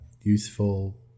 useful